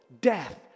Death